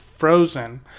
Frozen